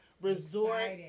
resort